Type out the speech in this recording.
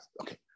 okay